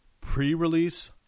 pre-release